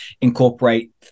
incorporate